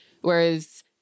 Whereas